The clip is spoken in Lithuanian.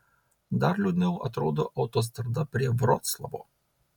dar liūdniau atrodo autostrada prie vroclavo